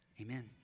Amen